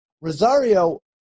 Rosario